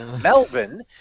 Melbourne